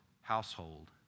household